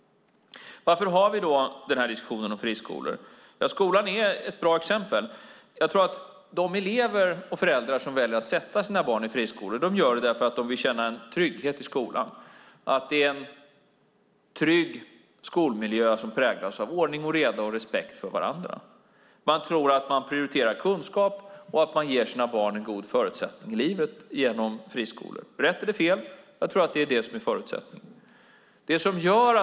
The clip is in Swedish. Varför har vi då denna diskussion om friskolor? Ja, skolan är ett bra exempel. De föräldrar som väljer att sätta sina barn i en friskola gör det för att de vill känna trygghet, känna att skolmiljön är trygg och präglas av ordning och reda och av respekt för varandra. Man tror att kunskap prioriteras och att man genom att sätta sina barn i en friskola ger dem goda förutsättningar i livet. Rätt eller fel, men jag tror att det är det som är förutsättningen.